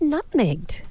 Nutmegged